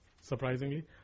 surprisingly